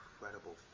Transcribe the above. incredible